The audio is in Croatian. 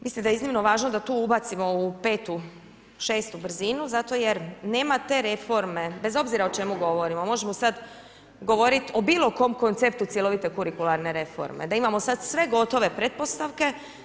Mislim da je iznimno važno da tu ubacimo u petu, šestu brzinu zato jer nema te reforme bez obzira o čemu govorimo, možemo sada govoriti o bilo kom konceptu cjelovite kurikularne reforme, da imamo sada sve gotove pretpostavke.